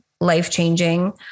life-changing